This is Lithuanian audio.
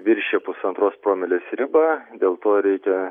viršija pusantros promilės ribą dėl to ir reikia